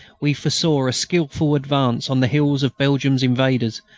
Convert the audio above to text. we foresaw a skilful advance on the heels of belgium's invaders,